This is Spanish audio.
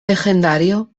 legendario